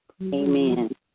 Amen